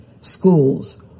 schools